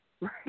right